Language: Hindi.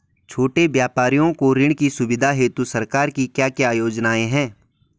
छोटे व्यापारियों को ऋण की सुविधा हेतु सरकार की क्या क्या योजनाएँ हैं?